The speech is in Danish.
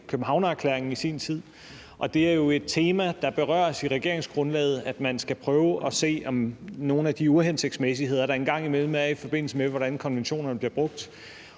Københavnererklæringen i sin tid – og det er jo et tema, der berøres i regeringsgrundlaget, at man skal prøve at se på nogle af de uhensigtsmæssigheder, der engang imellem er, i forbindelse med hvordan konventionerne bliver brugt